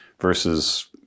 versus